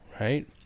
right